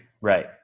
right